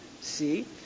See